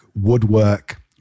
woodwork